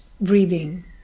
breathing